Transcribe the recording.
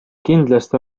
kindlasti